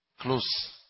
close